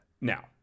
now